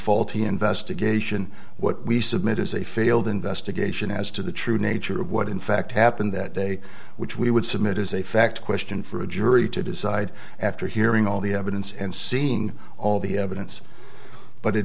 faulty investigation what we submit is a failed investigation as to the true nature of what in fact happened that day which we would submit as a fact question for a jury to decide after hearing all the evidence and seeing all the evidence but it